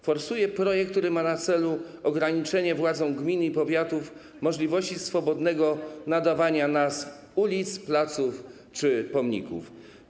Forsuje projekt, który ma na celu ograniczenie władzom gmin i powiatów możliwości swobodnego nadawania nazw ulicom, placom czy pomnikom.